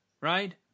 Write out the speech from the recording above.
right